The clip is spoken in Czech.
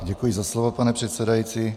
Děkuji za slovo, pane předsedající.